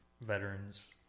veterans